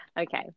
Okay